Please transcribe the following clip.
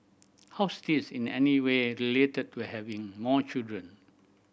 how's this in any way related to having more children